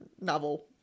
novel